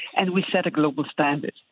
and we set a global standard.